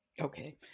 Okay